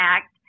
Act